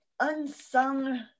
unsung